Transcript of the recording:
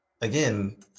again